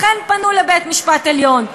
לכן פנו לבית-המשפט העליון.